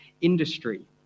industry